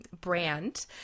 brand